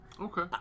Okay